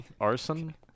arson